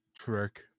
trick